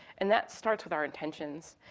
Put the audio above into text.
and that starts with our intentions.